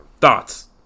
Thoughts